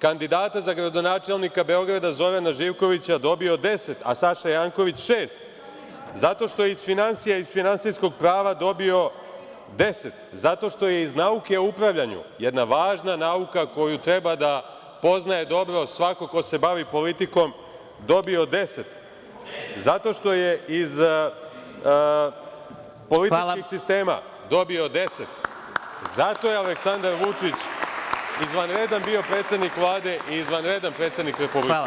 kandidata za gradonačelnika Beograda Zorana Živkovića, dobio 10, a Saša Janković 6, zato što iz finansija i finansijskog prava dobio 10, zato što je iz nauke o upravljanju, jedna važna nauka koju treba da poznaje dobro svako ko se bavi politikom, dobio 10, zato što je iz političkih sistema dobio 10, zato je Aleksandar Vučić izvanredan bio predsednik Vlade i izvanredan predsednik Republike.